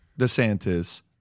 DeSantis